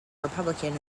republican